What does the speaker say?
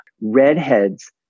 Redheads